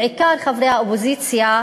בעיקר חברי האופוזיציה,